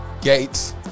Gates